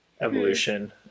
evolution